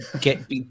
get